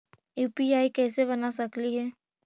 UPI कैसे बना सकली हे?